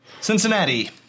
Cincinnati